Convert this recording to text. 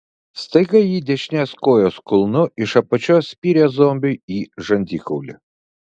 staiga ji dešinės kojos kulnu iš apačios spyrė zombiui į žandikaulį